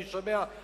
אני שומע חקלאים